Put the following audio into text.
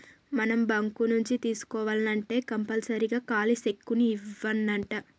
మనం బాంకు నుంచి తీసుకోవాల్నంటే కంపల్సరీగా ఖాలీ సెక్కును ఇవ్యానంటా